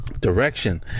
Direction